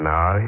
Now